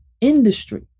industry